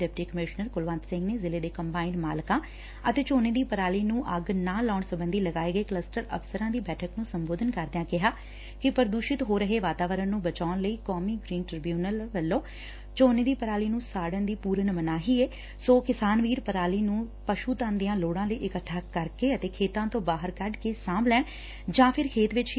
deputy commissioner Kulwant Singh ਨੇ ਜ਼ਿਲੇ ਦੇ ਕੰਬਾਇਨ ਮਾਲਕਾਂ ਅਤੇ ਝੋਨੇ ਦੀ ਪਰਾਲੀ ਨੂੰ ਅੱਗ ਨਾ ਲਾਉਣ ਸੰਬੰਧੀ ਲਗਾਏ ਗਏ ਕਲੱਸਟਰ ਅਫ਼ਸਰਾਂ ਦੀ ਬੈਠਕ ਨੂੰ ਸੰਬੋਧਨ ਕਰਿਦਆਂ ਕਿਹਾ ਕਿ ਪ੍ਰਦੂਸ਼ਿਤ ਹੋ ਰਹੇ ਵਾਤਾਵਰਣ ਨੂੰ ਬਚਾਉਣ ਲਈ ਕੌਮੀ ਗਰੀਨ ਟ੍ਰਿਬਿਊਨਲ ਵੱਲੋਂ ਝੋਨੇ ਪਰਾਲੀ ਨੂੰ ਸਾਤਨ ਦੀ ਪੂਰਨ ਮਨਾਹੀ ਏ ਸੋ ਕਿਸਾਨ ਵੀਰ ਪਰਾਲੀ ਨੂੰ ਫਿਰ ਪਸ਼ੂ ਧਨ ਦੀਆਂ ਲੋਤਾਂ ਲਈ ਇਕੱਠਾ ਕਰਕੇ ਖੇਤਾਂ ਤੋ ਬਾਹਰ ਕੱਢ ਕੇ ਸਾਂਭ ਲੈਣ ਜਾਂ ਖੇਤ ਵਿੱਚ ਹੀ ਪਰਾਲੀ ਨੂੰ ਵਾਹ ਕੇ ਅਗਲੀ ਫਸਲ ਦੀ ਬਿਜਾਈ ਕੀਤੀ ਜਾਵੇ